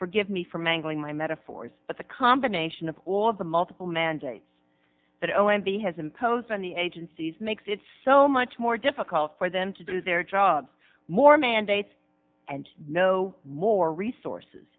forgive me for mangling my metaphors but the combination of all of the multiple mandates that o m b has imposed on the agencies makes it so much more difficult for them to do their job more mandates and no more resources